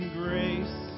grace